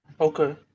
okay